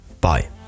Bye